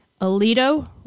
Alito